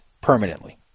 permanently